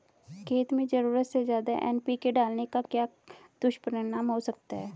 खेत में ज़रूरत से ज्यादा एन.पी.के डालने का क्या दुष्परिणाम हो सकता है?